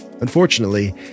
Unfortunately